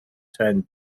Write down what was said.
ten